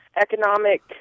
economic